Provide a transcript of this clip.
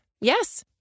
Yes